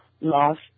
lost